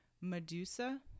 Medusa